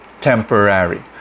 temporary